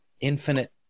infinite